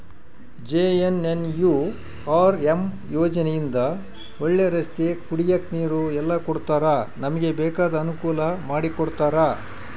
JNNURM ಯೋಜನೆ ಇಂದ ಒಳ್ಳೆ ರಸ್ತೆ ಕುಡಿಯಕ್ ನೀರು ಎಲ್ಲ ಕೊಡ್ತಾರ ನಮ್ಗೆ ಬೇಕಾದ ಅನುಕೂಲ ಮಾಡಿಕೊಡ್ತರ